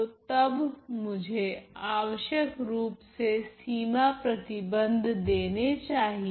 तो तब मुझे आवश्यक रूप से सीमा प्रतिबंध देने चाहिए